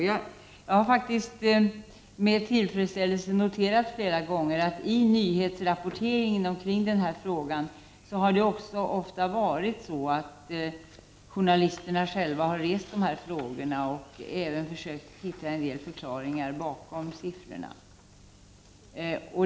Jag har med tillfredsställelse noterat flera gånger att journalisterna själva, i nyhetsrapporteringen kring denna fråga, har rest frågor och försökt hitta en del förklaringar till vad som ligger bakom siffrorna. '